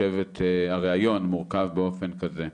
הריאיון מורכב באופן כזה,